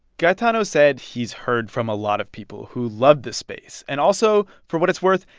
gaetano said he's heard from a lot of people who loved the space. and also, for what it's worth,